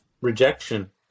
rejection